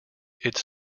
its